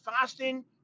fasting